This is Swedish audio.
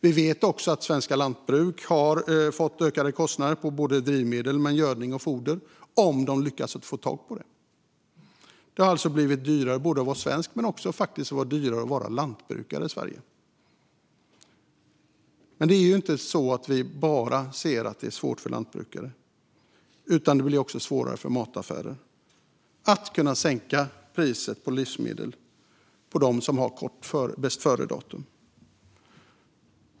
Vi vet också att svenska lantbruk har fått ökade kostnader för drivmedel men också för gödning och foder - om man lyckas få tag i det. Det har alltså blivit dyrare att vara svensk men faktiskt också att vara lantbrukare i Sverige. Det är inte bara för lantbrukare vi ser att det är svårt. Det blir också svårare för mataffärer att sänka priset på livsmedel som har kort bästföredatum.